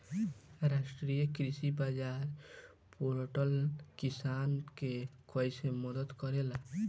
राष्ट्रीय कृषि बाजार पोर्टल किसान के कइसे मदद करेला?